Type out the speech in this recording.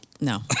no